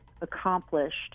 accomplished